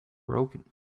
broken